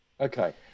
Okay